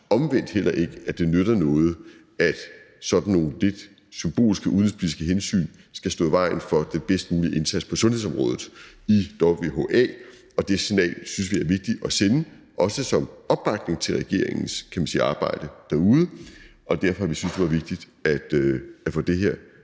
omvendt heller ikke synes, at det nytter noget, at sådan nogle lidt symbolske udenrigspolitiske hensyn skal stå i vejen for den bedst mulige indsats på sundhedsområdet i WHA, og det signal synes vi er vigtigt at sende også som opbakning til regeringens, kan man sige arbejde derude, og derfor har vi syntes det var vigtigt at få det her